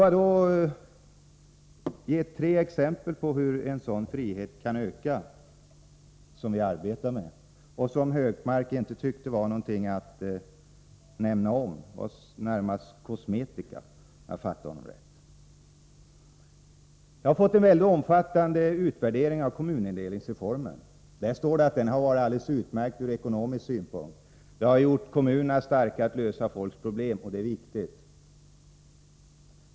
Jag vill ge tre exempel på sådant vi arbetar med som kan öka friheten, men som Gunnar Hökmark inte tyckte var någonting att nämna utan uppfattade närmast som kosmetika, om jag fattade honom rätt. Jag har fått en mycket omfattande utvärdering av kommunindelningsreformen. Där står det att den har varit alldeles utmärkt ur ekonomisk synvinkel. Den har gjort kommunerna starka när det gäller att lösa folks problem, och det är viktigt.